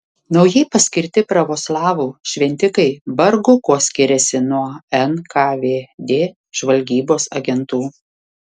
naujai paskirti pravoslavų šventikai vargu kuo skiriasi nuo nkvd žvalgybos agentų